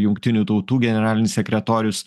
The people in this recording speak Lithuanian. jungtinių tautų generalinis sekretorius